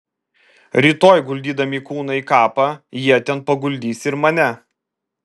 rytoj guldydami kūną į kapą jie ten paguldys ir mane